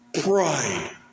pride